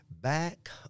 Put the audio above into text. Back